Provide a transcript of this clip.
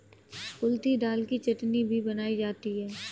कुल्थी दाल की चटनी भी बनाई जाती है